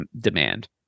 demand